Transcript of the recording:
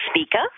speaker